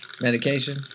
Medication